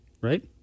right